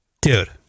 Dude